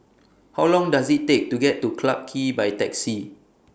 How Long Does IT Take to get to Clarke Quay By Taxi